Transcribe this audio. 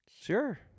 Sure